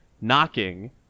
knocking